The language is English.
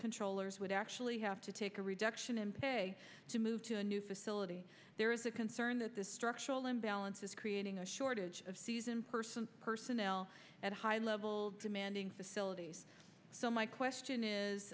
controllers would actually have to take a reduction in pay to move to a new facility there is a can this structural imbalance is creating a shortage of season person personnel at high level demanding facilities so my question